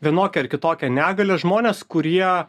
vienokią ar kitokią negalią žmones kurie